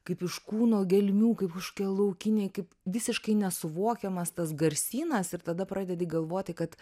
kaip iš kūno gelmių kaip kažkokie laukiniai kaip visiškai nesuvokiamas tas garsynas ir tada pradedi galvoti kad